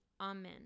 Amen